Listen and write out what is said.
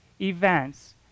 events